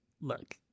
Look